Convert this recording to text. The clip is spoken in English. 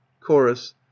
Chorus